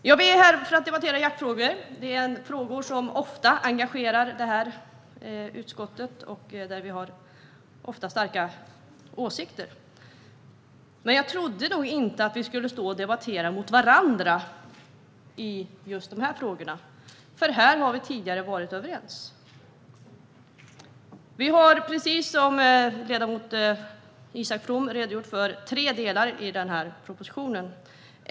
Vi är alltså här för att debattera jaktfrågor. Det är frågor som ofta engagerar detta utskott, där vi ofta har starka åsikter. Men jag trodde nog inte att vi skulle stå och debattera emot varandra i just de här frågorna, för här har vi tidigare varit överens. Vi har, precis som ledamot Isak From redogjort för, tre delar i den här propositionen.